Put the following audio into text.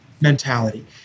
mentality